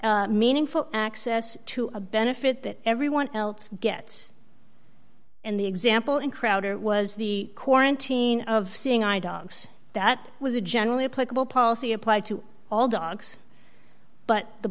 meaningful access to a benefit that everyone else gets and the example in crowder was the quarantine of seeing eye dogs that was a generally applicable policy applied to all dogs but the